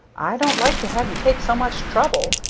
i don't like to have you take so much trouble,